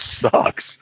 sucks